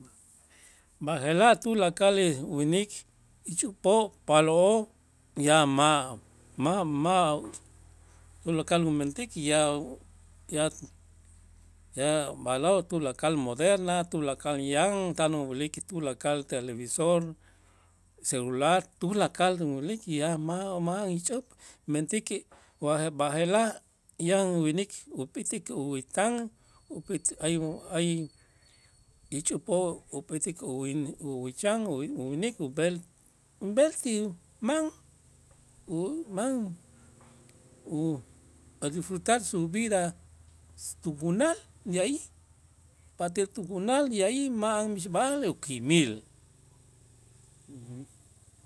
B'aje'laj tulakal winik, ixch'upoo', paaloo' ya ma' ma' ma' tulakal umentik ya u ya ya ma'lo' tulakal moderna tulakal yan tan uyilik tulakal televisor, celular tulakal uyilik ya ma' ma'an ixch'up, mentäkej wa b'aje'laj yan winik upetik uwätan, upit hay un hay ixch'upoo' upetik uwi- uwicham u- uwinik ub'el, ub'el ti man uman u a disfrutar su vida tujunal de alli, patij tujunal de alli ma'an mixb'a'al ukimil.